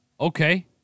okay